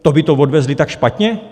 To by to odvezli tak špatně?